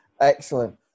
Excellent